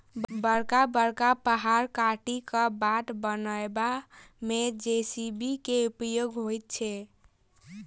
बड़का बड़का पहाड़ काटि क बाट बनयबा मे जे.सी.बी के उपयोग होइत छै